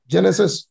Genesis